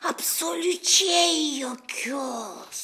absoliučiai jokios